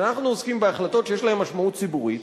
כשאנחנו עוסקים בהחלטות שיש להן משמעות ציבורית,